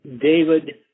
David